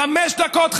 חמש דקות,